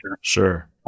Sure